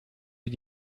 wie